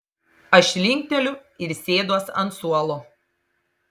aš linkteliu ir sėduos ant suolo